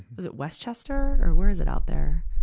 but is it westchester, or where is it out there?